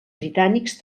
britànics